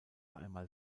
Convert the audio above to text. einmal